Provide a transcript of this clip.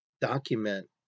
document